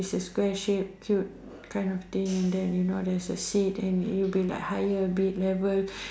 is a square shape so kind of thing and then you know there's a seat then it will be higher a bit level